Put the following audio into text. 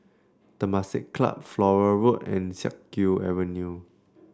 Temasek Club Flora Road and Siak Kew Avenue